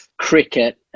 cricket